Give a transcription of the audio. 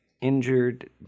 injured